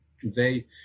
today